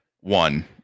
one